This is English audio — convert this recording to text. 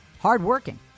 hardworking